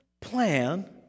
plan